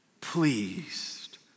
pleased